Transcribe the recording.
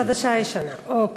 חדשה-ישנה, אוקיי.